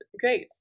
Great